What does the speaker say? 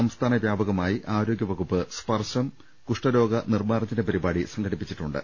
സംസ്ഥാന വ്യാപകമായി ആരോഗ്യവകുപ്പ് സ്പർശം കുഷ്ഠ രോഗ നിർമ്മാർ ജ്ജന പരിപാടി സംഘടിപ്പിച്ചിട്ടുണ്ട്